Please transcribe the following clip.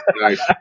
nice